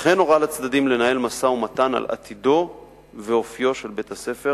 וכן הורה לצדדים לנהל משא-ומתן על עתידו ואופיו של בית-הספר